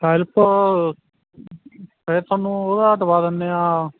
help ਫਿਰ ਤੁਹਾਨੂੰ ਉਹਦਾ ਦਵਾ ਦਿੰਦੇ ਹਾਂ